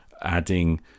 Adding